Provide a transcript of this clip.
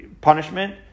punishment